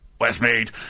Westmead